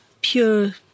pure